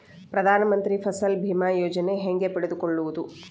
ಪ್ರಧಾನ ಮಂತ್ರಿ ಫಸಲ್ ಭೇಮಾ ಯೋಜನೆ ಹೆಂಗೆ ಪಡೆದುಕೊಳ್ಳುವುದು?